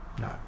no